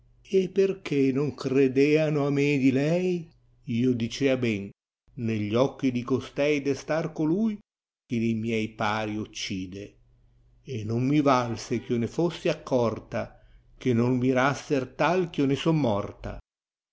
vide perchè non credeano a me di lei io dicea ben negli occhi di costei de star colui che li miei pari occide non mi valse eh io ne fossi accorta che noi mirasser tal ch'io ne son morta